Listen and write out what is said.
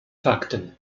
fakten